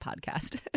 podcast